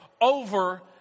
over